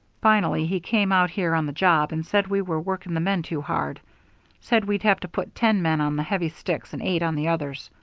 finally he came out here on the job and said we were working the men too hard said we'd have to put ten men on the heavy sticks and eight on the others.